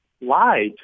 lied